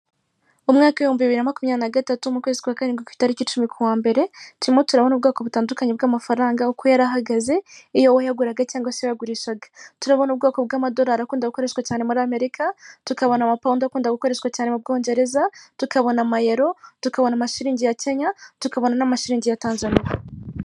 Umwaka w'ibihumbi bibiri na makumyabiri na gatatu mu kwezi kwa karindwi ku itariki icumi kuwa mbere turimo turabona ubwoko butandukanye bw'amafaranga uko yari ahagaze iyo wayaguraga cyangwa se iyo wayagurishaga turabona ubwoko bw'amadollari akunda gukoreshwa cyane muri Amerika, tukabona amapawundi akunda gukoreshwa cyane mu Bwongereza, tukabona amayero, tukabona amashilingi ya Kenya, tukabona n'amashilingi ya Tanzaniya.